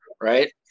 right